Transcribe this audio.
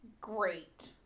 Great